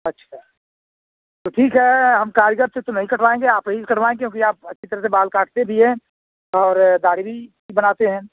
अच्छा तो ठीक है हम कारीगर से तो नहीं कटवाएँगे आप ही से कटवाएँ क्योंकि आप अच्छी तरह से बाल काटते भी हैं और दाढ़ी भी बनाते हैं